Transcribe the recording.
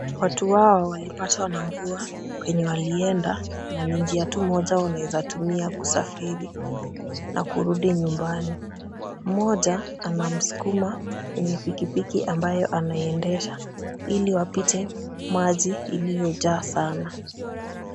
Watu hawa wamepatwa na mvua kwenye walienda na ni njia tu moja wanaweza tumia kusafiri na kurudi nyumbani. Mmoja anamsukuma mwenye piki piki ambayo anaiendesha ili wapite maji iliyojaa sana.